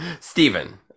Stephen